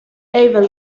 abel